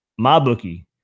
MyBookie